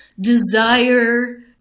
desire